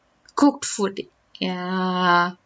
cooked food ya